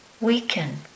weaken